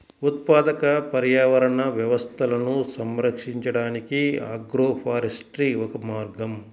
ఉత్పాదక పర్యావరణ వ్యవస్థలను సంరక్షించడానికి ఆగ్రోఫారెస్ట్రీ ఒక మార్గం